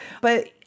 but-